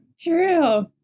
true